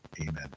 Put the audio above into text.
Amen